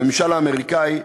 בממשל האמריקני,